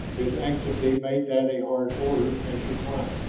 his anxiety made that a harsh order and she climbed.